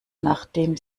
nachdem